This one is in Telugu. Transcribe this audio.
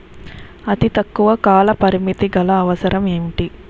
అతి తక్కువ కాల పరిమితి గల అవసరం ఏంటి